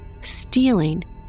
stealing